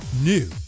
new